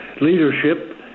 leadership